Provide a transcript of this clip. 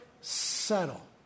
settle